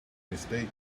mistake